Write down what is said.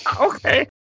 Okay